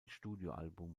studioalbum